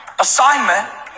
assignment